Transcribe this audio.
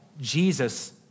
Jesus